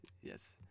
yes